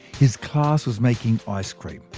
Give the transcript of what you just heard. his class was making ice cream,